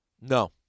No